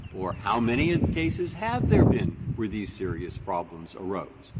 or how many cases have there been where these serious problems arose?